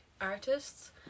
artists